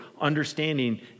understanding